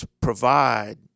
provide